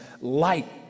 Light